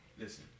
listen